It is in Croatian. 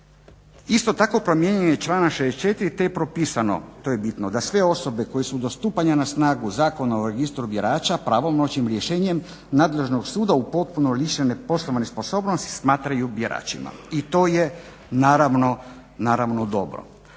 Isto tako promijenjen je članak 64. te je propisano, to je bitno da sve osobe koje su do stupanja na snagu Zakona o registru birača pravomoćnim rješenjem nadležnog suda u potpuno lišene poslovne sposobnosti smatraju biračima. I to je naravno dobro.